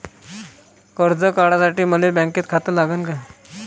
कर्ज काढासाठी मले बँकेत खातं लागन का?